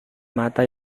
mata